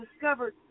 discovered